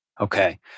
Okay